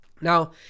now